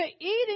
eating